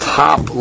top